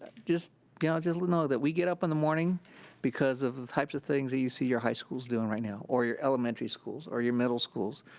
just you know just know that we get up in the morning because of the types of things that you see your high schools doing right now, or your elementary schools, or your middle schools,